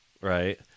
right